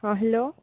ହଁ ହ୍ୟାଲୋ